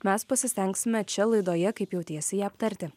mes pasistengsime čia laidoje kaip jautiesi ją aptarti